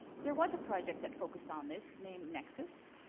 there was a project that focused on this named nexes,